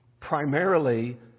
primarily